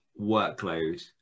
workload